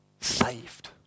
saved